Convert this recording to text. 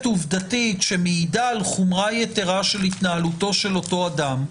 עובדתית שמעידה על חומרה יתרה בהתנהלותו של אותו אדם,